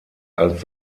als